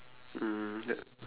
mm that